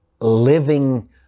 living